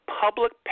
public